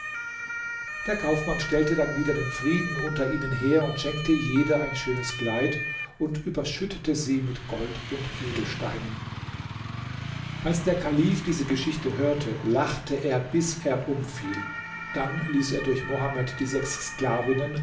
der kaufmann stellte dann wieder den frieden unter ihnen her und schenkte jeder ein schönes kleid und überschüttete sie mit gold und edelsteinen als der kalif diese geschichte hörte lachte er bis er umfiel dann ließ er durch mohamed die sechs